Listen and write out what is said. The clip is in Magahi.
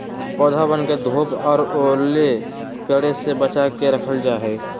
पौधवन के धूप और ओले पड़े से बचा के रखल जाहई